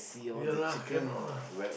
ya lah cannot lah